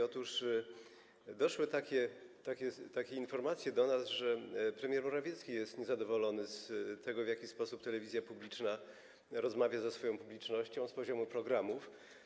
Otóż doszły do nas takie informacje, że premier Morawiecki jest niezadowolony z tego, w jaki sposób telewizja publiczna rozmawia ze swoją publicznością z poziomu programów.